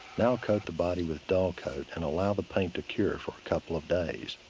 now, coat the body with dullcote, and allow the paint to cure for a couple of days.